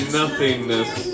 nothingness